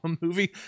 movie